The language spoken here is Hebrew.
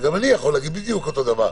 וגם אני יכול להגיד בדיוק אותו דבר,